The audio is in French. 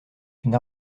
une